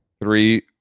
three